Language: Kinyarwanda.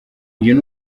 uyu